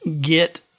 get